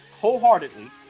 wholeheartedly